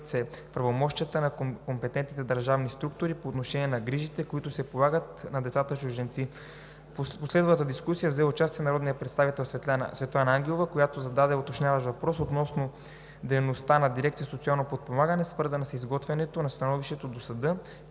се правомощията на компетентните държавни структури по отношение на грижите, които се полагат на деца чужденци. В последвалата дискусия взе участие народният представител Светлана Ангелова, която зададе уточняващи въпроси относно дейността на Дирекция „Социално подпомагане“, свързана с изготвянето на становище до съда,